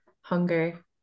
hunger